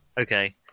Okay